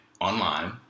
online